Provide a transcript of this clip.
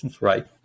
right